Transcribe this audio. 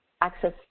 access